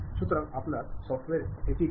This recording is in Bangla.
সুতরাং আপনার সফ্টওয়্যার এটি করে